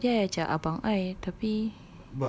I tak tahu tadi I ajak abang I tapi